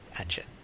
engine